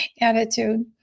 attitude